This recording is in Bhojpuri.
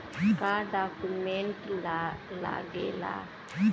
का डॉक्यूमेंट लागेला?